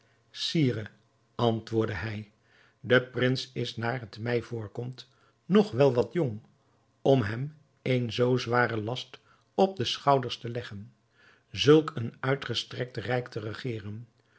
sire antwoordde hij de prins is naar het mij voorkomt nog wel wat jong om hem een zoo zwaren last op de schouders te leggen zulk een uitgestrekt rijk te regeren